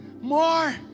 more